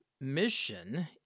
mission